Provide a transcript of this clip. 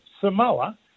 Samoa